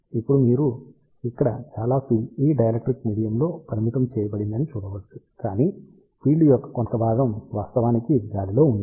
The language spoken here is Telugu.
ఇప్పుడు మీరు ఇక్కడ చాలా ఫీల్డ్ ఈ డైఎలక్ట్రిక్ మీడియం లో పరిమితం చేయబడిందని చూడవచ్చు కాని ఫీల్డ్ యొక్క కొంత భాగం వాస్తవానికి గాలిలో ఉంది